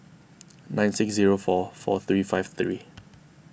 nine six zero four four three five three